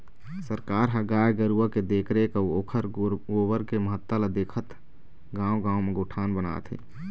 सरकार ह गाय गरुवा के देखरेख अउ ओखर गोबर के महत्ता ल देखत गाँव गाँव म गोठान बनात हे